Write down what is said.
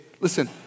listen